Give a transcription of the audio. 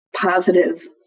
positive